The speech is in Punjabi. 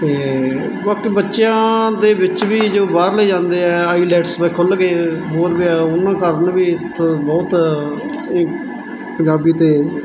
ਅਤੇ ਵਕਤ ਬੱਚਿਆਂ ਦੇ ਵਿੱਚ ਵੀ ਜੋ ਬਾਹਰਲੇ ਜਾਂਦੇ ਆ ਆਈਲੈਟਸ ਮੈਂ ਖੁੱਲ੍ਹ ਗਏ ਹੋਰ ਵੀ ਉਹਨਾਂ ਕਾਰਨ ਵੀ ਬਹੁਤ ਉਹ ਪੰਜਾਬੀ ਅਤੇ